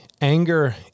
anger